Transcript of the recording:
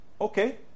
Okay